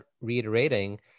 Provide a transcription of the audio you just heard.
reiterating